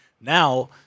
Now